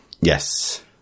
Yes